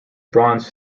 bronze